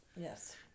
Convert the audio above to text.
Yes